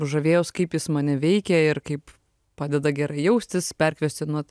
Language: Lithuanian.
žavėjaus kaip jis mane veikia ir kaip padeda gerai jaustis perkvestionuot